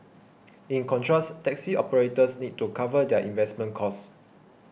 in contrast taxi operators need to cover their investment costs